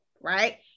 right